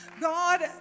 God